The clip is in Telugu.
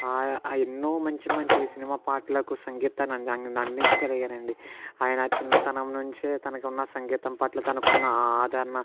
ఆ ఆ ఎన్నో మంచి మంచి సినిమా పాటలకు సంగీతాన్ని అంది అందించగలిగారండి ఆయన చిన్నతనం నుంచే తనకి ఉన్న సంగీతం పట్ల తనకున్న ఆ ఆదరణ